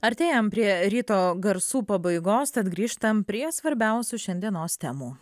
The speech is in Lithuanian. artėjam prie ryto garsų pabaigos tad grįžtam prie svarbiausių šiandienos temų